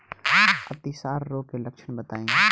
अतिसार रोग के लक्षण बताई?